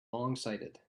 longsighted